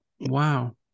Wow